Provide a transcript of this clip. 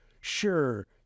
Sure